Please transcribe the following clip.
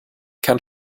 kann